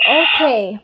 okay